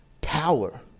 power